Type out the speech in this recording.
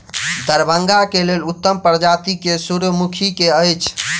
दरभंगा केँ लेल उत्तम प्रजाति केँ सूर्यमुखी केँ अछि?